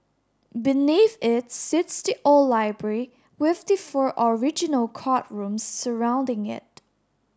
beneath its sits the old library with the four original courtrooms surrounding it